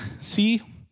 see